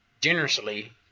generously